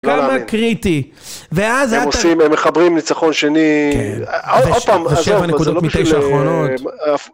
‫גם הקריטי, ואז אתה... ‫-הם עושים... הם מחברים ניצחון שני... ‫כן, עוד פעם, זה לא בשביל... ‫-ובשביל הנקודות מתיישבים האחרונות...